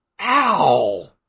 Ow